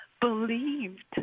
believed